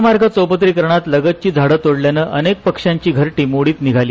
महामार्ग चौपदरीकरणात लगतची झाड तोडल्याने अनेक पक्षांची घरटी मोडीत निघाली